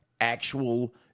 actual